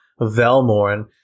Velmorn